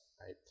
right